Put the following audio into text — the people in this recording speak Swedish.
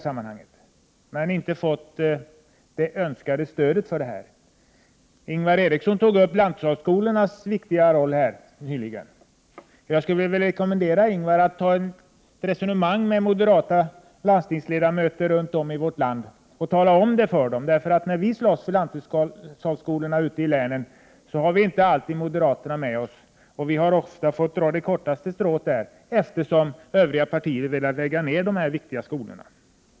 Men vi har inte fått önskat stöd. Ingvar Eriksson nämnde lanthushållsskolornas viktiga roll. Jag skulle vilja rekommendera Ingvar Eriksson att resonera med moderata landstingsledamöter runt om i vårt land om dessa saker. När vi slåss för lanthushållsskolorna ute i länen har vi inte alltid moderaterna med oss. Vi har ofta fått dra det kortaste strået. Övriga partier har nämligen velat lägga ned dessa viktiga skolor.